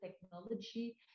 technology